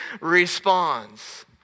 responds